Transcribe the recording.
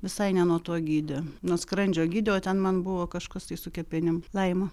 visai ne nuo to gydė nuo skrandžio gydė o ten man buvo kažkas tai su kepenim laima